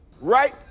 Right